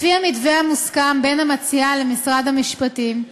לפי המתווה המוסכם בין המציעה ובין משרד המשפטים,